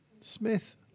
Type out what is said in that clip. Smith